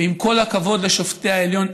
ועם כל הכבוד לשופטי העליון,